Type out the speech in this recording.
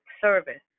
service